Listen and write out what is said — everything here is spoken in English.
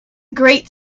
great